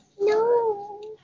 No